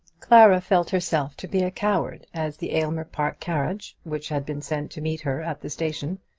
clara felt herself to be a coward as the aylmer park carriage, which had been sent to meet her at the station,